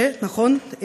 שנכון,